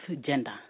gender